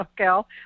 Okay